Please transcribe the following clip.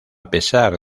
pesar